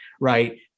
right